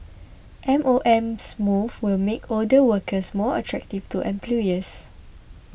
M O M moves will make older workers more attractive to employers